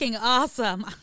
awesome